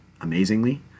amazingly